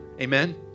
Amen